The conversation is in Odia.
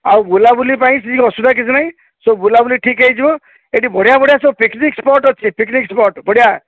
ଆଉ ବୁଲାବୁଲି ପାଇଁ କିଛି ଅସୁବିଧା ନାହିଁ ସବୁ ବୁଲାବୁଲି ଠିକ୍ ହେଇଯିବ ଏଠି ବଢ଼ିଆ ବଢ଼ିଆ ସବୁ ପିକ୍ନିକ୍ ସ୍ପଟ୍ ଅଛି ପିକ୍ନିକ୍ ସ୍ପଟ୍ ବଢ଼ିଆ